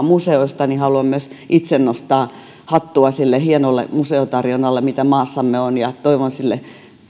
museoista korostan että haluan myös itse nostaa hattua sille hienolle museotarjonnalle mitä maassamme on ja toivon sille vielä